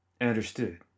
Understood